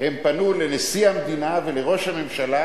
הם פנו אל נשיא המדינה ואל ראש הממשלה,